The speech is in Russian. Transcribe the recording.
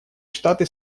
штаты